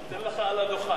אתן לך על הדוכן.